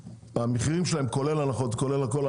שהמחירים שלהן כולל הנחות והכול.